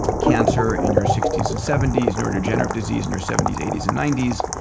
cancer in your sixties and seventies. neurodegenerative disease in your seventies, eighties, and nineties,